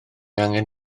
angen